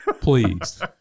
please